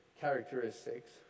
characteristics